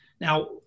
Now